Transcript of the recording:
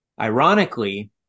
Ironically